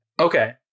Okay